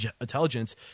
intelligence